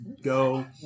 go